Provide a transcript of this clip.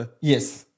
Yes